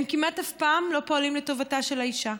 הם כמעט אף פעם לא פועלים לטובתה של האישה.